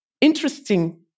interesting